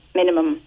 minimum